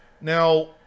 Now